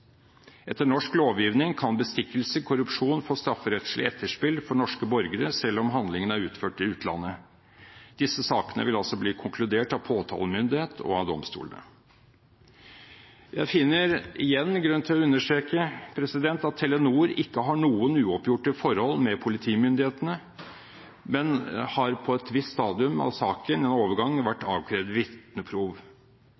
Etter norsk lovgivning kan bestikkelse og korrupsjon få strafferettslig etterspill for norske borgere selv om handlingen er utført i utlandet. Disse sakene vil altså bli konkludert av påtalemyndigheten og av domstolene. Jeg finner igjen grunn til å understreke at Telenor ikke har noen uoppgjorte forhold med politimyndighetene, men på et visst stadium av saken i en overgang har vært